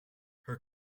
her